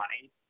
money